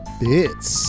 bits